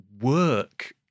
work